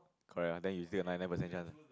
correct what then you still have nine nine percent chance